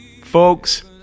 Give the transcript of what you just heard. folks